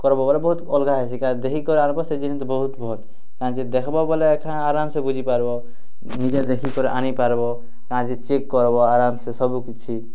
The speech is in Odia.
କର୍ବୋ ବହୁତ୍ ଅଲଗା ହେସି ଦେଖିକରି ଆଣିବ ସେ ଜିନିଷ୍ ବହୁତ୍ ଭଲ୍ କାଏଁଜେ ଦେଖ୍ବୋ ଗଲେ ଏଖ୍ନା ଅରାମସେ ବୁଝିପାର୍ବ ନିଜେ ଦେଖିକରି ଆଣିପାର୍ବ କାଏଁଜେ ଚେକ୍ କର୍ବ ଆରାମ୍ସେ ସବୁକିଛି